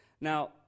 Now